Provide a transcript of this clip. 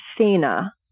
Athena